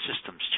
systems